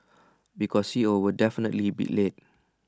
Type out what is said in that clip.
because C O will definitely be late